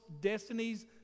destinies